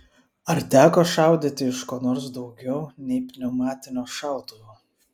ar teko šaudyti iš ko nors daugiau nei pneumatinio šautuvo